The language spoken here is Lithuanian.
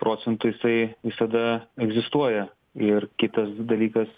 procentų jisai visada egzistuoja ir kitas dalykas